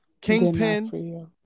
Kingpin